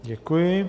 Děkuji.